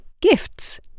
Gifts